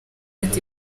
ati